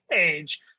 age